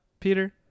Peter